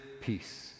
peace